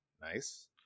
nice